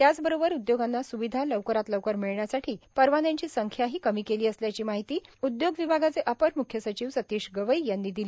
त्याचबरोबर उद्योगांना स्विधा लवकरात लवकर मिळण्यासाठी परवान्यांची संख्याही कमी केली असल्याची माहिती उद्योग विभागाचे अपर म्ख्य सचिव सतीश गवई यांनी दिली